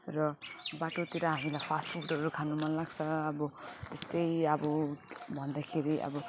र बाटोतिर हामीलाई फास्ट फुडहरू खानु मन लाग्छ अब त्यस्तै अब भन्दाखेरि अब